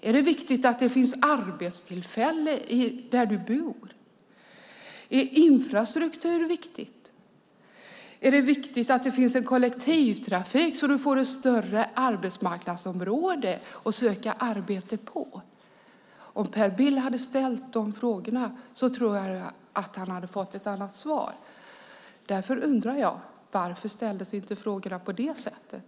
Är det viktigt att det finns arbetstillfällen där du bor? Är infrastruktur viktigt? Är det viktigt att det finns kollektivtrafik så att du får ett större arbetsmarknadsområde att söka arbete på? Om Per Bill hade ställt de frågorna tror jag att han hade fått ett annat svar. Därför undrar jag: Varför ställdes inte frågorna på det sättet?